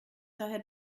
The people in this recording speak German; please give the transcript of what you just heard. daher